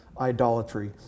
idolatry